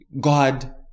God